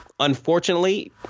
unfortunately